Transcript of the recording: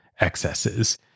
excesses